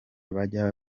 bajya